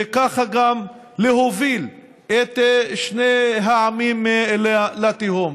וכך גם להוביל את שני העמים לתהום.